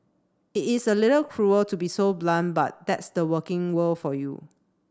it is a little cruel to be so blunt but that's the working world for you